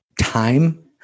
time